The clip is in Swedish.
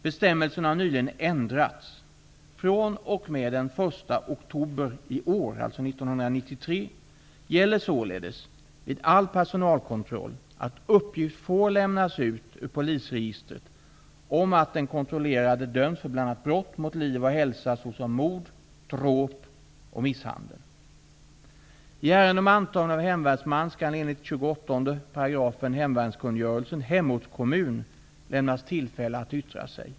Bestämmelserna har nyligen ändrats (SFS 28 § hemvärnskungörelsen hemortskommun lämnas tillfälle att yttra sig.